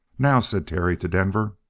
now, said terry to denver.